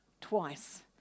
Twice